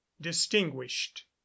distinguished